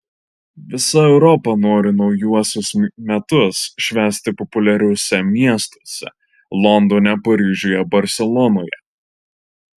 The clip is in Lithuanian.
visa europa nori naujuosius metus švęsti populiariuose miestuose londone paryžiuje barselonoje